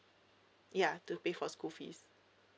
ya to pay for school fees